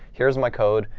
here's my code,